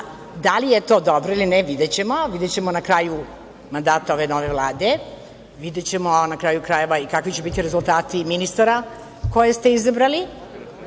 Da li je to dobro ili ne videćemo, videćemo na kraju mandata ove nove Vlade, videćemo, na kraju krajeva, i kakvi će biti rezultati ministara koje ste izabrali,